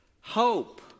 Hope